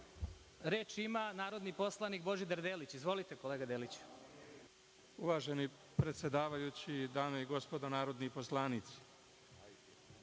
Reč ima narodni poslanik Božidar Delić. Izvolite. **Božidar Delić** Uvaženi predsedavajući, dame i gospodo narodni poslanici,